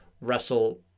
wrestle